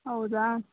ಹೌದಾ